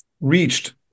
reached